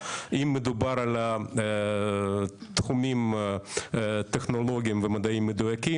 אם מדובר על התחומים הטכנולוגים והמדעים המדויקים,